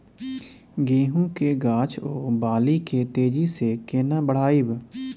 गेहूं के गाछ ओ बाली के तेजी से केना बढ़ाइब?